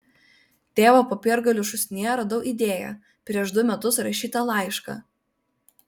tėvo popiergalių šūsnyje radau idėją prieš du metus rašytą laišką